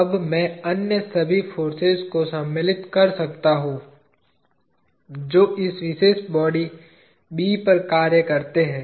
अब मैं अन्य सभी फोर्सेज को सम्मिलित कर सकता हूं जो इस विशेष बॉडी B पर कार्य करते हैं